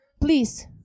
Please